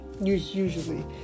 usually